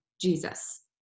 Jesus